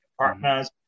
partners